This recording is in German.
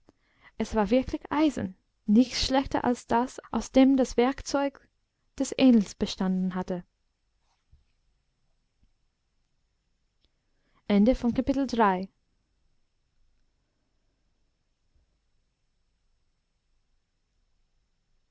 es war wirklich eisen nicht schlechter als das aus dem das werkzeug des ähnls bestanden hatte